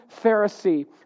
Pharisee